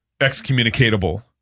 excommunicatable